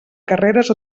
carreres